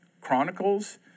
Chronicles